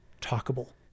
Talkable